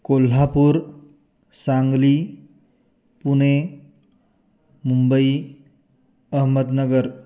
Kolhapur Sangli Pune Mumbai Ahmednagar